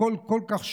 הכול כל כך שונה,